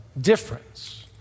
difference